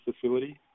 facility